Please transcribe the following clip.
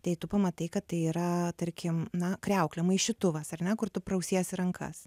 tai tu pamatai kad tai yra tarkim na kriauklė maišytuvas ar ne kur tu prausiesi rankas